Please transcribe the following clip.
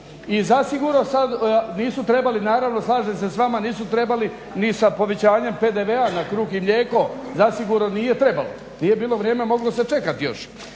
I zasigurno sad nisu trebali naravno slažem se s vama, nisu trebali ni sa povećanjem PDV-a na kruh i mlijeko zasigurno nije trebalo, nije bilo vrijeme, moglo se čekati još.